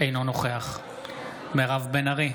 אינו נוכח מירב בן ארי,